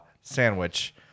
sandwich